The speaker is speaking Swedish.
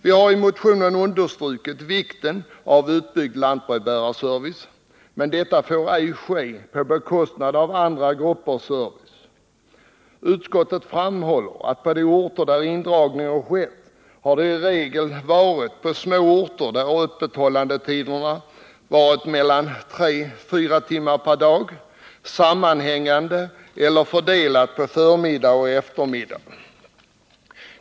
Vi har i motionen understrukit vikten av utbyggd lantbrevbärarservice, men denna service får inte ges på bekostnad av andra gruppers service. Utskottet framhåller att indragning av postkontor i regel har förekommit på små orter med öppethållande mellan tre och fyra timmar per dag, sammanhängande eller fördelat på förmiddag och eftermiddag.